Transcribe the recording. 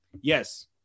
Yes